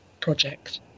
Project